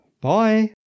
Bye